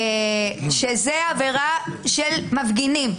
זו עבירה של מפגינים.